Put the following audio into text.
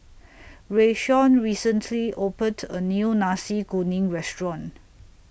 Rayshawn recently opened A New Nasi Kuning Restaurant